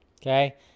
Okay